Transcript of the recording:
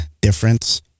difference